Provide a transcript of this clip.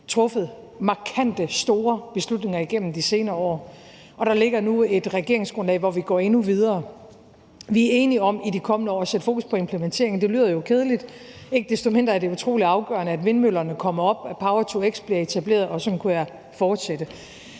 truffet markante, store beslutninger igennem de senere år, og der ligger nu et regeringsgrundlag, hvor vi går endnu videre. Vi er enige om i de kommende år at sætte fokus på implementeringen, og det lyder jo kedeligt. Ikke desto mindre er det utrolig afgørende, at vindmøllerne kommer op, at power-to-x bliver etableret, og sådan kunne jeg fortsætte.